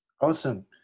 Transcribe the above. Awesome